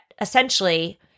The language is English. essentially